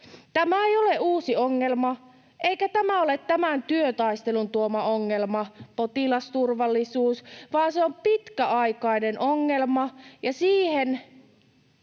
Tämä ei ole uusi ongelma, eikä tämä ole tämän työtaistelun tuoma ongelma — potilasturvallisuus — vaan se on pitkäaikainen ongelma, ja siihen